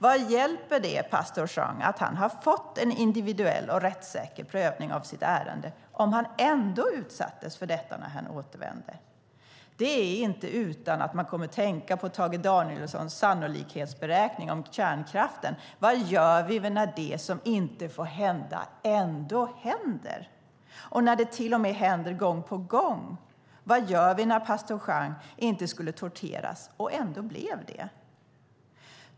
Vad hjälper det pastor Jean att han har fått en individuell och rättssäker prövning av sitt ärende om han ändå utsattes för detta när han återvände? Det är inte utan att man kommer att tänka på Tage Danielssons sannolikhetsberäkning om kärnkraften - vad gör vi när det som inte får hända ändå händer, och när det till och med händer gång på gång? Vad gör vi när pastor Jean inte skulle bli torterad och ändå blev det?